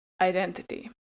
identity